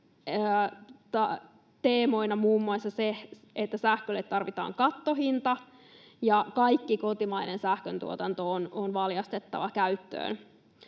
teemoina muun muassa se, että sähkölle tarvitaan kattohinta ja kaikki kotimainen sähköntuotanto on valjastettava käyttöön,